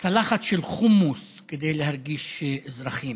לצלחת של חומוס כדי להרגיש אזרחים.